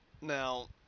Now